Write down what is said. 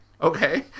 Okay